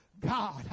God